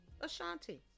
Ashanti